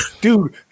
Dude